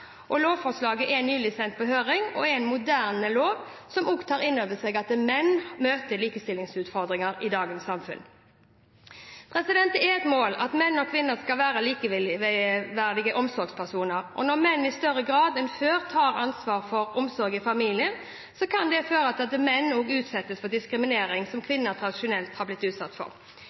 er en moderne lov som tar inn over seg at også menn møter likestillingsutfordringer i dagens samfunn. Det er et mål at menn og kvinner skal være likeverdige omsorgspersoner. Når menn i større grad enn før tar ansvar for omsorg i familien, kan det føre til at menn utsettes for diskriminering som kvinner tradisjonelt har blitt utsatt for.